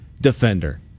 defender